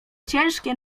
ciężkie